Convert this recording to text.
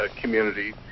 community